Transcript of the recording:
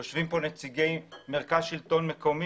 יושבים פה נציגי מרכז שלטון מקומי,